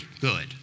good